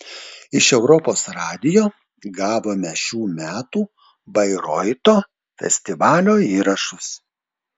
iš europos radijo gavome šių metų bairoito festivalio įrašus